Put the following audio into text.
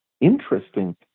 interesting